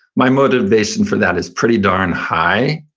my motivation for that is pretty darn high.